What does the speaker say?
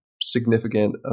significant